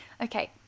Okay